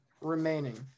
Remaining